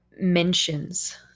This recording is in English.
mentions